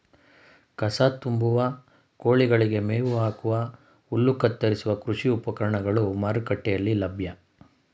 ಕಸ ತುಂಬುವ, ಕೋಳಿಗಳಿಗೆ ಮೇವು ಹಾಕುವ, ಹುಲ್ಲು ಕತ್ತರಿಸುವ ಕೃಷಿ ಉಪಕರಣಗಳು ಮಾರುಕಟ್ಟೆಯಲ್ಲಿ ಲಭ್ಯ